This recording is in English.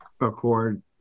Accord